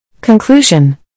Conclusion